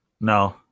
No